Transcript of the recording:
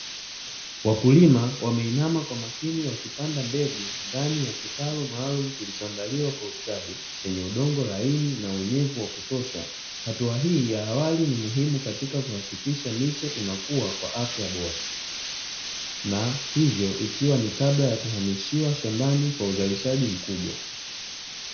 Wakulima wameinama kwa makini wakipanda mbegu ndani ya kitalu maalumu kilichoandaliwa kwa ustadi, chenye udongo laini na unyevunyevu wa kutosha. Hatua hii ya awali ni muhimu katika kuhakikisha miche inakua kwa afya bora, na hivyo ikiwa ni kabla ya kuhamishiwa shambani kwa uzalishaji mkubwa.